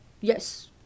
yes